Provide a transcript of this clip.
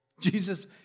Jesus